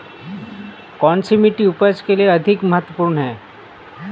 कौन सी मिट्टी उपज के लिए अधिक महत्वपूर्ण है?